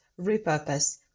repurpose